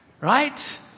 Right